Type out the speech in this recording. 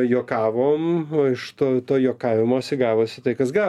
juokavom o iš tų to juokavimo gavosi tai kas ga